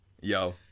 Yo